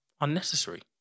unnecessary